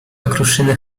okruszyny